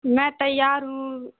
میں تیار ہوں